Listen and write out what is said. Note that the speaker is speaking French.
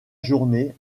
journée